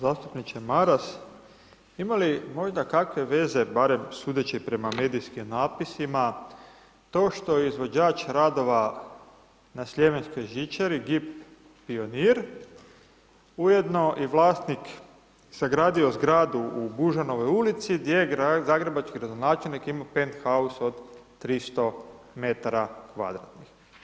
Zastupniče Maras ima li možda kakve veze barem sudeći prema medijskim natpisima to što izvođač radova na sljemenskoj žičari Gip pionir ujedno i vlasnik, sagradio zgradu u Bužanovoj ulici gdje zagrebački gradonačelnik ima Penthaus od 300 m2?